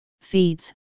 feeds